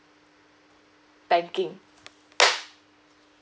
banking